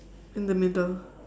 in the middle